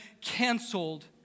canceled